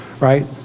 right